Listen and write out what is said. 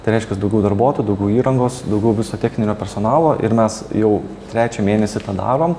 tai reiškias daugiau darbuotojų daugiau įrangos daugiau viso techninio personalo ir mes jau trečią mėnesį tą darom